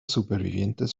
supervivientes